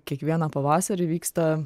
kiekvieną pavasarį vyksta